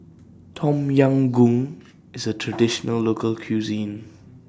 Tom Yam Goong IS A Traditional Local Cuisine